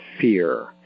fear